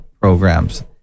programs